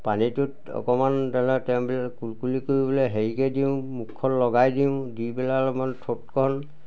পানীটোত অকণমান ধৰিলওক তেওঁলোক কুলকুলি কৰি পেলাই হেৰিকৈ দিওঁ মুখখন লগাই দিওঁ দি পেলাই অলপমান থোটখন